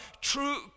true